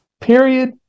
Period